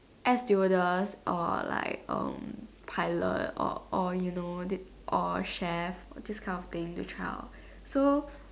air stewardess or like um pilot or or you know the or chef this kind of thing to trial so